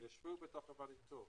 ישבו בוועדת האיתור